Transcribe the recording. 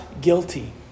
guilty